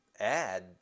add